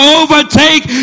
overtake